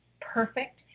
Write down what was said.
perfect